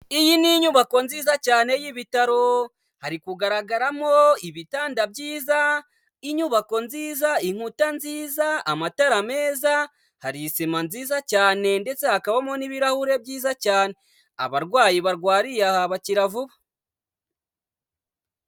Iyi ni inyubako nziza cyane y'ibitaro. Hari kugaragaramo ibitanda byiza, inyubako nziza, inkuta nziza, amatara meza. Hari isima nziza cyane ndetse hakabamo n'ibirahuri byiza cyane. Abarwayi barwariye aha bakira vuba.